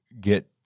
get